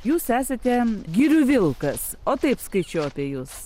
jūs esate girių vilkas o taip skaičiau apie jus